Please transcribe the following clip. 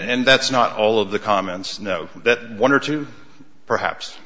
and that's not all of the comments know that one or two perhaps